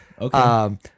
Okay